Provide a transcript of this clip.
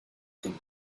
thing